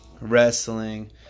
wrestling